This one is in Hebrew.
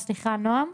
סליחה, נעם.